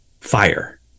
fire